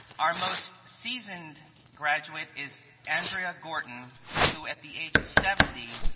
our most seasoned graduate is andrea gorton who, at the age of seventy,